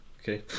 Okay